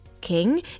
King